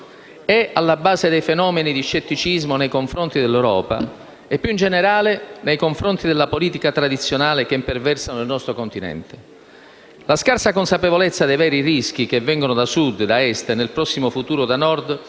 è alla base dei fenomeni di scetticismo nei confronti dell'Europa e, più in generale, nei confronti della politica tradizionale, che imperversano nel nostro Continente. C'è poi la scarsa consapevolezza dei veri rischi che vengono da Sud, da Est e, nel prossimo futuro, da Nord,